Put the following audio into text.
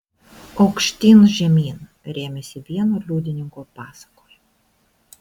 aukštyn žemyn rėmėsi vieno liudininko pasakojimu